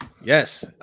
Yes